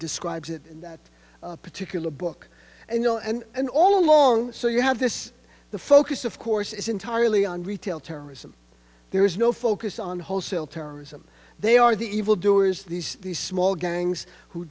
describes it in that particular book and you know and all along so you have this the focus of course is entirely on retail terrorism there is no focus on wholesale terrorism they are the evil doers these small gangs who